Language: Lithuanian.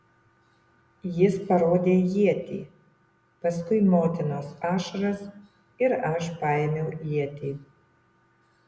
jis parodė ietį paskui motinos ašaras ir aš paėmiau ietį